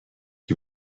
die